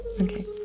Okay